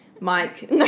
Mike